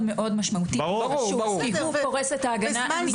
מאוד משמעותי כי הוא פורס את ההגנה הנדרשת.